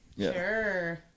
Sure